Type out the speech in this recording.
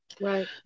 right